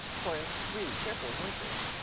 chorused three cheerful voices.